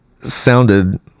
sounded